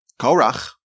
Korach